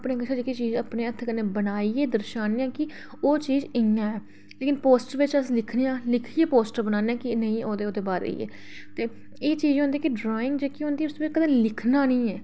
अपने हत्थें जेह्की चीज बनाइयै दर्शाने आं कि एह् चीज इ'यां ऐ लेकिन पोस्टर बिच अस लिखने आं लिखियै पोस्टर बनाने आं कि नेईं ओह्दे ओह्दे बाद इयै एह् चीज़ होंदी कि जेह्की ड्राइंग होंदी उसी कदें लिखना निं ऐ